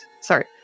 Sorry